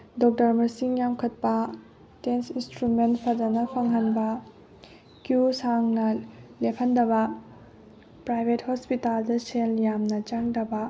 doctor ꯃꯁꯤꯡ ꯌꯥꯝꯈꯠꯄꯥ test instrument ꯐꯖꯅ ꯐꯪꯍꯟꯕ ꯀꯤꯌꯨ ꯁꯥꯡꯅ ꯂꯦꯞꯍꯟꯗꯕ ꯄ꯭ꯔꯥꯏꯕꯦꯠ ꯍꯣꯁꯄꯤꯇꯥꯜꯗ ꯁꯦꯜ ꯌꯥꯝꯅ ꯆꯪꯗꯕ